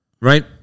right